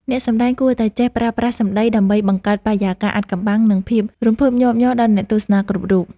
អ្នកសម្តែងគួរតែចេះប្រើប្រាស់សម្តីដើម្បីបង្កើតបរិយាកាសអាថ៌កំបាំង និង ភាពរំភើបញាប់ញ័រដល់អ្នកទស្សនាគ្រប់រូប។